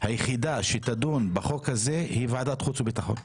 היחידה שדנה בחוק הזה היא ועדת חוץ וביטחון.